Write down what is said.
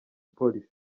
polisi